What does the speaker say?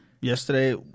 Yesterday